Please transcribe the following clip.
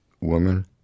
woman